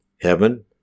heaven